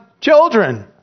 children